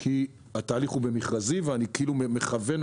כי התהליך מכרזי, ואני כאילו מכוון.